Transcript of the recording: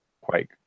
Quake